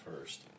first